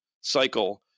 cycle